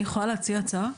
אני יכולה להציע הצעה?